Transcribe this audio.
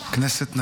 כנסת נכבדה.